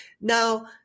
Now